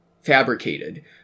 fabricated